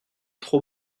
trop